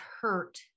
hurt